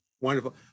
Wonderful